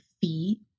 feet